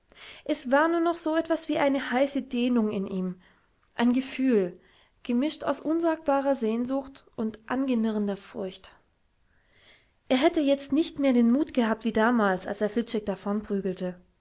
es war nur noch so etwas wie eine heiße dehnung in ihm ein gefühl gemischt aus unsagbarer sehnsucht und angenirrender furcht er hätte jetzt nicht mehr den mut gehabt wie damals als er